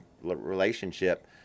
relationship